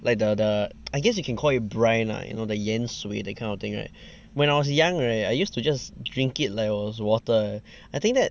like the the I guess you can call it brine lah you know the 盐水 that kind of thing right when I was young right I used to just drink it like it was water leh I think that